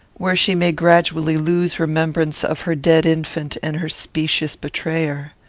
where she may gradually lose remembrance of her dead infant and her specious betrayer.